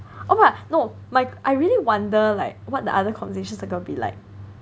oh !wah! no my I really wonder like what the other conversations are gonna be like